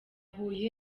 huye